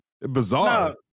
bizarre